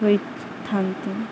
ହୋଇଥାନ୍ତି